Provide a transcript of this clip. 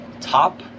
top